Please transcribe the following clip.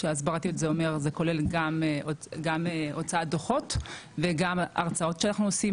כשהסברתיות זה כולל גם הוצאת דוחות וגם הרצאות שאנחנו עושים,